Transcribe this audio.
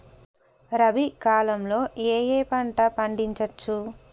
రబీ కాలంలో ఏ ఏ పంట పండించచ్చు?